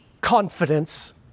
confidence